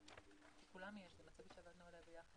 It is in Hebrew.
47 בתי ספר דרוזיים ושני בתי ספר